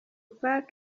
pac